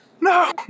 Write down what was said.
No